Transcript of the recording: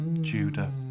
Judah